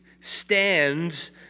stands